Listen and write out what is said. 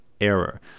error